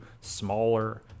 smaller